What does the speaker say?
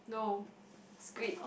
no it's green